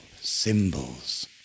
symbols